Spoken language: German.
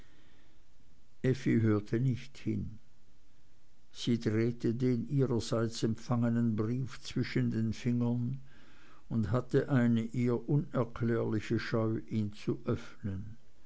hörte nicht hin sie drehte den ihrerseits empfangenen brief zwischen den fingern und hatte eine ihr unerklärliche scheu ihn zu öffnen